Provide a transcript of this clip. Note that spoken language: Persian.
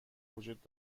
وجود